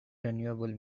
renewable